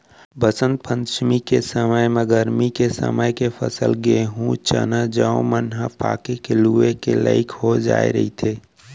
बसंत पंचमी के समे म गरमी के समे के फसल गहूँ, चना, जौ मन ह पाके के लूए के लइक हो जाए रहिथे